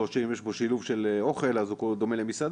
או שאם יש בו שילוב של אוכל אז הוא דומה למסעדה,